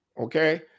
okay